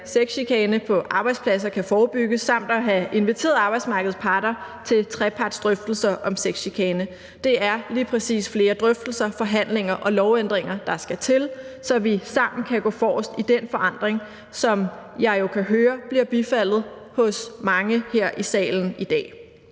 sexchikane på arbejdspladser kan forebygges, samt at have inviteret arbejdsmarkedets parter til trepartsdrøftelser om sexchikane. Det er lige præcis flere drøftelser, forhandlinger og lovændringer, der skal til, så vi sammen kan gå forrest i den forandring, som jeg jo kan høre bliver bifaldet hos mange her i salen i dag.